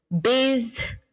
Based